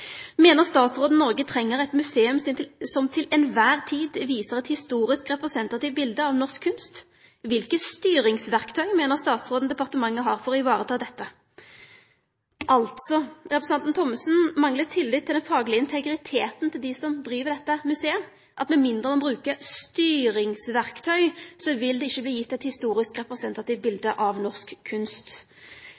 mener statsråden departementet har for å ivareta dette?» Representanten Thommessen manglar altså tillit til den faglege integriteten til dei som driv dette museet – med mindre ein bruker styringsverktøy, vil det ikkje verte gjeve eit historisk representativt bilde